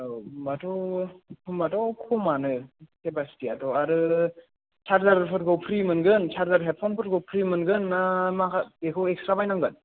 औ होनबाथ' होनबाथ' खमानो केपाचिटियाथ' आरो चारजारफोरखौ फ्रि मोनगोन चारजार हेदफनफोरखौ फ्रि मोनगोन ना माखा बिखौ इगसट्रा बायनांगोन